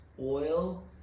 oil